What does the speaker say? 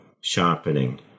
sharpening